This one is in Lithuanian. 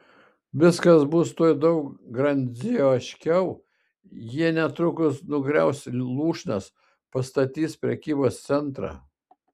viskas bus tuoj daug grandioziškiau jie netrukus nugriaus lūšnas pastatys prekybos centrą